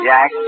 Jack